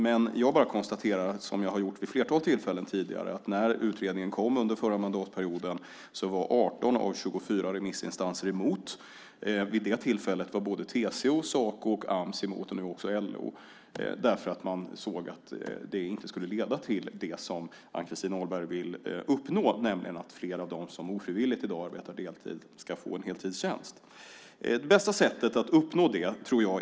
Men jag konstaterar att när utredningen kom under förra mandatperioden var 18 av 24 remissinstanser emot. Vid det tillfället var både TCO, Saco och Ams emot. Nu är också LO emot. Man såg att detta inte skulle leda till det som Ann-Christin Ahlberg vill uppnå, nämligen att fler av dem som i dag ofrivilligt arbetar deltid ska få en heltidstjänst. Det finns tre bra sätt att uppnå detta.